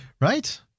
Right